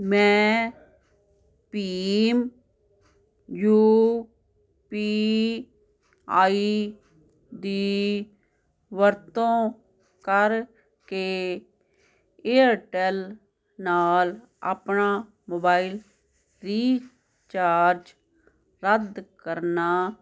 ਮੈਂ ਭੀਮ U P I ਦੀ ਵਰਤੋਂ ਕਰਕੇ ਏਅਰਟੈੱਲ ਨਾਲ ਆਪਣਾ ਮੋਬਾਈਲ ਰੀਚਾਰਜ ਰੱਦ ਕਰਨਾ